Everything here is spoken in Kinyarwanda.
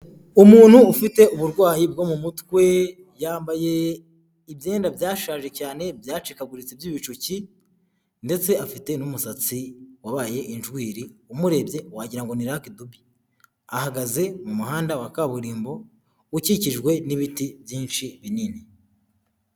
Umuntu ufite uburwayi bwo mu mutwe yambaye ibyenda byashaje cyane byacikaguritse by'ibicuki ndetse afite n'umusatsi wabaye injwiri, umurebye wagirango ngo ni rakidube, ahagaze mu muhanda wa kaburimbo ukikijwe n'ibiti byinshi binini.